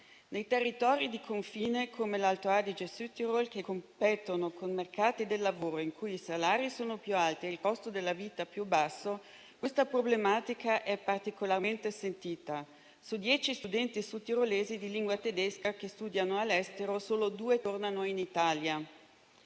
Nei territori di confine come l'Alto Adige-Südtirol, che competono con mercati del lavoro in cui i salari sono più alti e il costo della vita più basso, questa problematica è particolarmente sentita. Su dieci studenti sudtirolesi di lingua tedesca che studiano all'estero, solo due tornano in Italia.